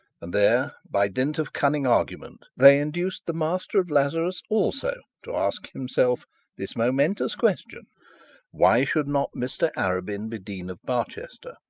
and there, by dint of cunning argument, they induced the master of lazarus also to ask himself this momentous question why should not mr arabin be dean of barchester